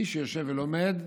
מי שיושב ולומד,